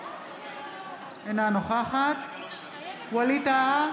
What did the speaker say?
אינה נוכחת ווליד טאהא,